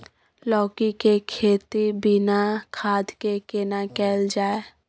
लौकी के खेती बिना खाद के केना कैल जाय?